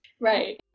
right